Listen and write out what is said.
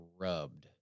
rubbed